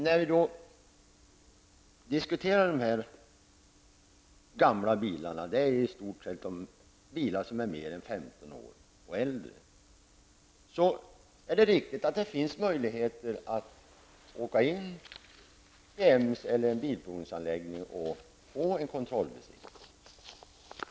När det gäller de här gamla bilarna, i stort sett de bilar som är äldre än 15 år, är det riktigt att det finns möjligheter att åka till en bilprovningsanläggning och få en kontrollbesiktning.